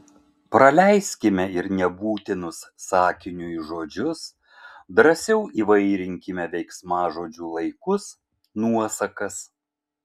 praleiskime ir nebūtinus sakiniui žodžius drąsiau įvairinkime veiksmažodžių laikus nuosakas